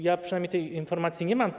Ja przynajmniej tej informacji nie mam.